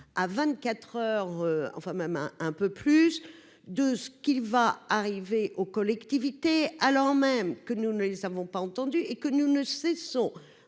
à 24 heures enfin même un un peu plus de ce qu'il va arriver aux collectivités, alors même que nous ne les avons pas entendu et que nous ne cessons